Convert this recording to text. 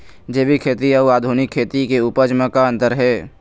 जैविक खेती अउ आधुनिक खेती के उपज म का अंतर हे?